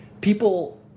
people